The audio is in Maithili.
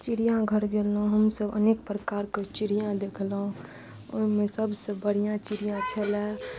चिड़ियाघर गेलहुॅं हमसब अनेक प्रकारके चिड़िआ देखलहुॅं ओहिमे सब सऽ बढ़िऑं चिड़िआ छलए